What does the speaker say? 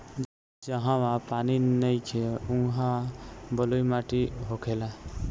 जहवा पानी नइखे उहा बलुई माटी होखेला